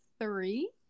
three